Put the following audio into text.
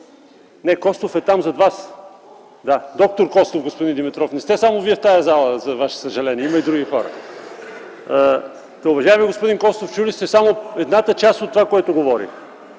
Не, Костов е зад Вас. Доктор Костов, господин Димитров. Не сте само Вие в тази зала. За Ваше съжаление, има и други хора. Уважаеми господин Костов, чули сте само едната част от това, което говорих.